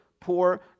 poor